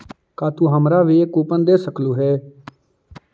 का तू हमारा भी एक कूपन दे सकलू हे